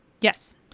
Yes